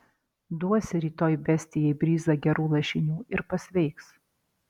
duosi rytoj bestijai bryzą gerų lašinių ir pasveiks